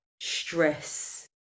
stress